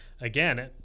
again